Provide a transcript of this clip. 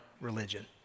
religion